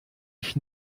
ich